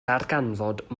darganfod